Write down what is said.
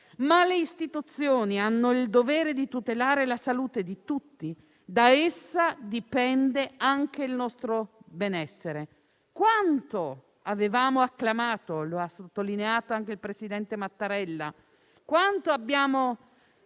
Le Istituzioni hanno il dovere di tutelare la salute di tutti, da cui dipende anche il nostro benessere. Quanto abbiamo acclamato - lo ha sottolineato anche il presidente Mattarella - un vaccino